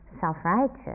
self-righteous